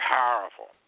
powerful